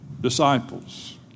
disciples